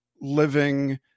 living